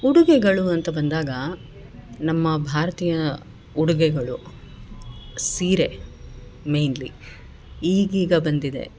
ಉಡುಗೆಗಳು ಅಂತ ಬಂದಾಗ ನಮ್ಮ ಭಾರತೀಯ ಉಡುಗೆಗಳು ಸೀರೆ ಮೈನ್ಲಿ ಈಗೀಗ ಬಂದಿದೆ